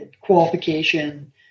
qualification